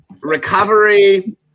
recovery